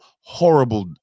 horrible